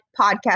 podcast